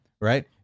Right